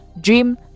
dream